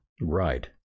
Right